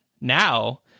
now